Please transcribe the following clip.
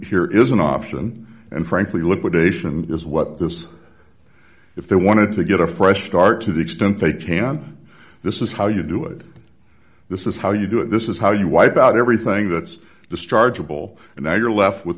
here is an option and frankly liquidation is what this if they wanted to get a fresh start to the extent they can this is how you do it this is how you do it this is how you wipe out everything that's dischargeable and now you're left with